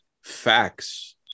facts